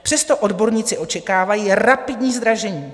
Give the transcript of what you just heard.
Přesto odborníci očekávají rapidní zdražení.